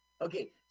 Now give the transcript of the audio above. Okay